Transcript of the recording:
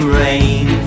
rain